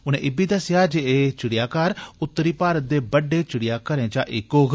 उनें इब्बी दस्सेया जे एह चिड़ियाघर उत्तरी भारत दे बड़डे चिड़ियाघरें चा इक होग